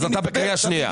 אז אתה בקריאה שנייה.